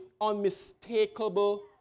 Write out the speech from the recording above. unmistakable